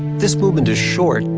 this movement is short,